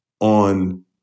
on